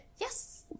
Yes